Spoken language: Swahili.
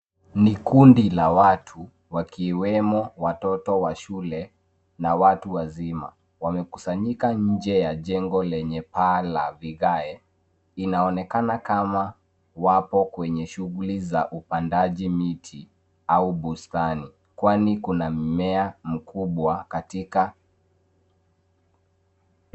Ni kundi la watu, wakiwemo watoto wa shule na watu wazima. Wamekusanyika nje ya jengo lenye paa la vigae. Inaonekana kama wapo kwenye shughuli za upandaji miti au bustani kwani kuna mmea mkubwa katika .